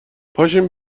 پاشیم